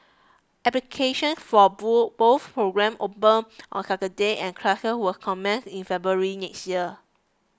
application for both program open on Saturday and classes will commence in February next year